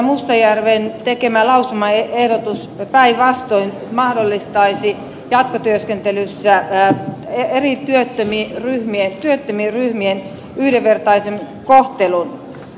mustajärven tekemä lausumaehdotus päinvastoin mahdollistaisi jatkotyöskentelyssä eri työttömien ryhmien yhden vertaisen kohtelun